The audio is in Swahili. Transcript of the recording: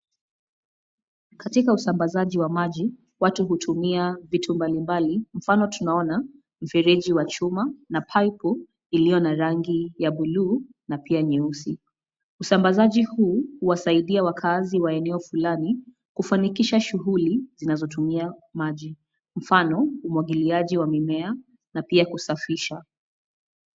Katika usambasaji wa maji watu hutumia vitu mbalimbali kwa mfano tunaona mfereji wa chuma na paipu iliyo na rangi ya bluu na pia nyeusi. Usambasaji huwasaidia wakaazi wa eneo fulani kufanikisha shughuli zinazotumia maji, kwa mfano, umwagiliaji wa mimea na pia kusafisha.